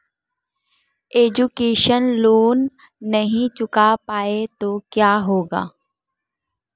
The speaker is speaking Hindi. एजुकेशन लोंन नहीं चुका पाए तो क्या होगा?